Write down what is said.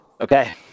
Okay